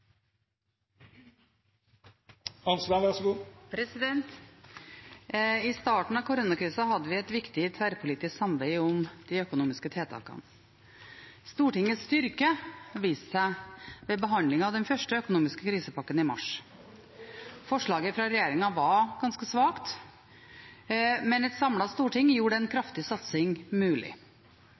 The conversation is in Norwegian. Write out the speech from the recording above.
de økonomiske tiltakene. Stortingets styrke viste seg ved behandlingen av den første økonomiske krisepakka i mars. Forslaget fra regjeringen var ganske svakt, men et samlet storting gjorde en kraftig satsing mulig.